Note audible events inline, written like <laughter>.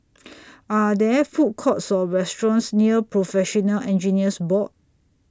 <noise> Are There Food Courts Or restaurants near Professional Engineers Board